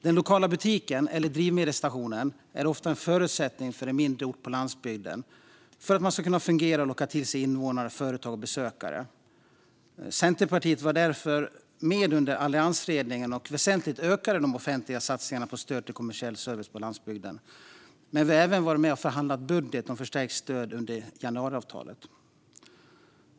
Den lokala butiken eller drivmedelsstationen är ofta en förutsättning för att en mindre ort på landsbygden ska kunna fungera och locka till sig invånare, företag och besökare. Centerpartiet var därför under alliansregeringen med och ökade väsentligt de offentliga satsningarna på stöd till kommersiell service på landsbygden, men vi har även varit med och förhandlat om förstärkt stöd i budgeten under januariavtalet.